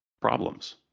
problems